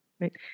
right